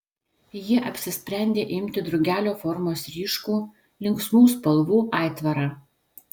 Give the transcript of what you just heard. ji apsisprendė imti drugelio formos ryškų linksmų spalvų aitvarą